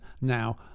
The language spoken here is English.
now